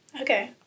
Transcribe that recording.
okay